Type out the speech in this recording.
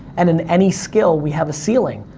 and in any skill, we have a ceiling.